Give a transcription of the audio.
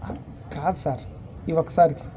కాదు సార్ ఈ ఒక్కసారికి